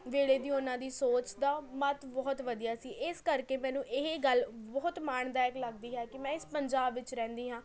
ਵੇਲੇ ਵੀ ਉਹਨਾਂ ਦੀ ਸੋਚ ਦਾ ਮੱਤ ਬਹੁਤ ਵਧੀਆ ਸੀ ਇਸ ਕਰਕੇ ਮੈਨੂੰ ਇਹ ਗੱਲ ਬਹੁਤ ਮਾਣਦਾਇਕ ਲੱਗਦੀ ਹੈ ਕਿ ਮੈਂ ਇਸ ਪੰਜਾਬ ਵਿੱਚ ਰਹਿੰਦੀ ਹਾਂ